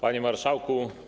Panie Marszałku!